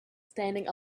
standing